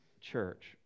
church